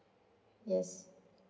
yes